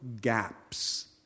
gaps